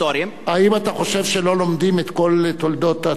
האם אתה חושב שלא לומדים את כל תולדות הציונות?